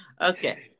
Okay